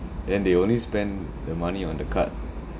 then they only spend the money on the card